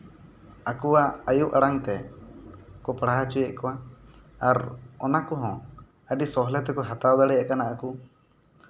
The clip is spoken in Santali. ᱟᱠᱚᱣᱟᱜ ᱟᱭᱳ ᱟᱲᱟᱝ ᱛᱮᱠᱚ ᱯᱟᱲᱦᱟᱣ ᱦᱚᱪᱚᱭᱮᱜ ᱠᱚᱣᱟ ᱟᱨ ᱚᱱᱟ ᱠᱚᱦᱚᱸ ᱟᱹᱰᱤ ᱥᱚᱞᱦᱮ ᱛᱮᱠᱚ ᱦᱟᱛᱟᱣ ᱫᱟᱲᱮᱭᱜ ᱠᱟᱱᱟ ᱟᱨᱠᱚ